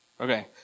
Okay